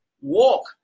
walk